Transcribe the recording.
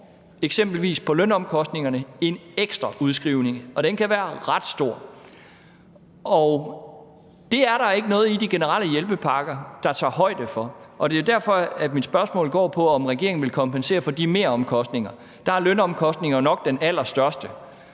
eksempelvis lønomkostningerne en ekstra udskrivning, og den kan være ret stor. Det er der ikke noget i de generelle hjælpepakker der tager højde for, og det er jo derfor, at mit spørgsmål går på, om regeringen vil kompensere for de meromkostninger. Der er lønomkostningerne jo nok den allerstørste